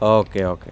okay okay